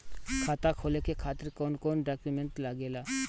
खाता खोले के खातिर कौन कौन डॉक्यूमेंट लागेला?